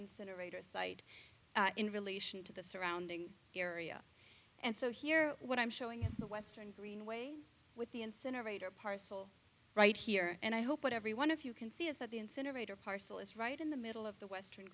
incinerators site in relation to the surrounding area and so here what i'm showing at the western greenway with the incinerator parcel right here and i hope that every one of you can see is that the incinerator parcel is right in the middle of the western